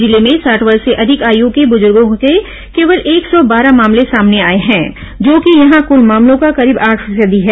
जिले में साठ वर्ष से अधिक आय् के ब्रज्र्गों के केवल एक सौ बारह मामले सामने आए हैं जो कि यहां कूल मामलों का करीब आठ फीसदी है